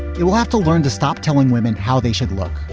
it will have to learn to stop telling women how they should look.